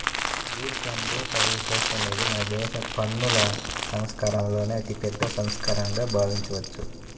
goods and services అనేది మనదేశ పన్నుల సంస్కరణలలో అతిపెద్ద సంస్కరణగా భావించవచ్చు